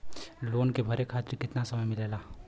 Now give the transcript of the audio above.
Loan के भरे खातिर कितना समय मिलेला?